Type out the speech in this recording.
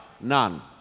None